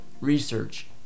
research